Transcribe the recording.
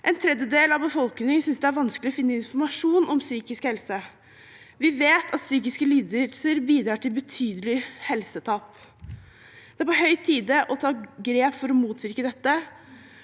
En tredjedel av befolkningen synes det er vanskelig å finne informasjon om psykisk helse. Vi vet at psykiske lidelser bidrar til betydelig helsetap. Det er på høy tid å ta grep for å motvirke dette.